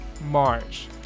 March